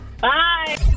Bye